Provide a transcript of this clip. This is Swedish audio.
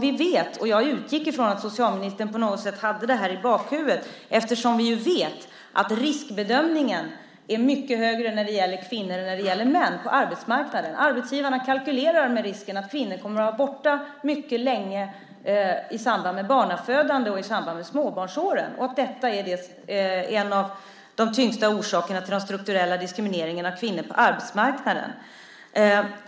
Vi vet ju - och jag utgick från att socialministern på något sätt hade det i bakhuvudet - att riskbedömningen är mycket högre när det gäller kvinnor än när det gäller män på arbetsmarknaden. Arbetsgivarna kalkylerar med risken att kvinnor kommer att vara borta mycket länge i samband med barnafödande och i samband med småbarnsåren. Detta är en av de tyngsta orsakerna till den strukturella diskrimineringen av kvinnor på arbetsmarknaden.